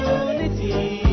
unity